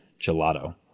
gelato